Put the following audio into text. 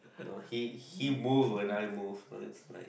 uh he he move when I move oh that's nice